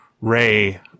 Ray